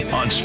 on